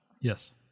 Yes